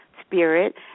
spirit